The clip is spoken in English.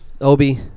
Obi